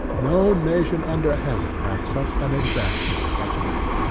no nation under heaven hath such an advantage as this.